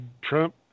Trump